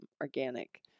organic